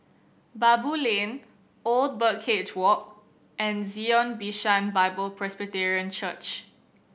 Baboo Lane Old Birdcage Walk and Zion Bishan Bible Presbyterian Church